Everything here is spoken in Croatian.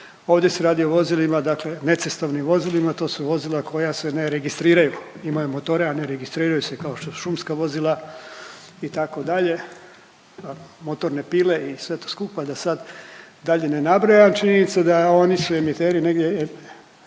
Ovdje se radi o vozilima dakle necestovnim vozilima, to su vozila koja se ne registriraju. Imaju motore, a ne registriraju se kao što su šumska vozila itd., motorne pile i sve to skupa da sad dalje ne nabrajam. Činjenica da oni su emiteri negdje,